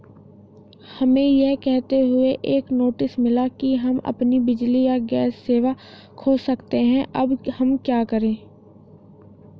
हमें यह कहते हुए एक नोटिस मिला कि हम अपनी बिजली या गैस सेवा खो सकते हैं अब हम क्या करें?